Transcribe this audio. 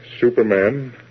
Superman